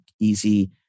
easy